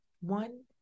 One